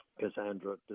Cassandra